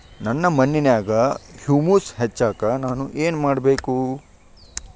ನನ್ನ ಮಣ್ಣಿನ್ಯಾಗ್ ಹುಮ್ಯೂಸ್ ಹೆಚ್ಚಾಕ್ ನಾನ್ ಏನು ಮಾಡ್ಬೇಕ್?